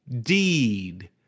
deed